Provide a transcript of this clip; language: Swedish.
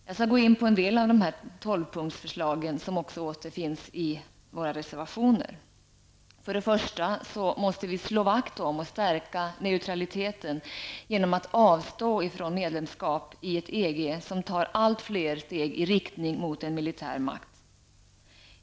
Jag skall gå in på en del av dessa tolv punkter, som också återfinns i våra reservationer. Vi måste slå vakt om och stärka neutraliteten genom att avstå från medlemskap i ett EG som tar allt fler steg i ritning mot en militär makt.